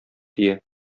тия